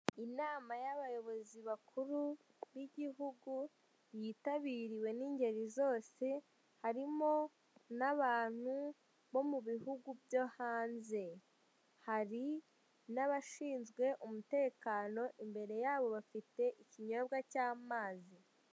Inama y'abayobozi bakuru b'igihugu yitabiriwe n'ingeri zose, hari n'antu bo mu bihugu byo naze. Hari n'abashinzwe umutekano, imbere yabo bafite ikinyobwa cy'amazi.